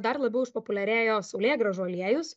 dar labiau išpopuliarėjo saulėgrąžų aliejus